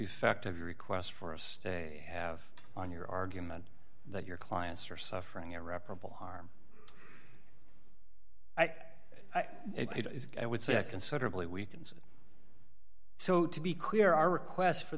effect of your request for us to have on your argument that your clients are suffering irreparable harm it is i would say considerably weakens so to be clear our requests for